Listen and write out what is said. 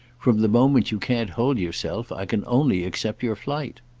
from the moment you can't hold yourself i can only accept your flight.